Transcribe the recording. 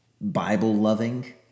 Bible-loving